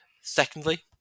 Secondly